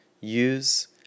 use